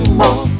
more